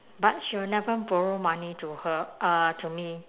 but she will never borrow money to her uh to me